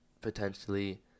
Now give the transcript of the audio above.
potentially